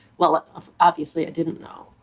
well obviously i didn't know.